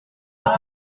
les